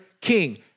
king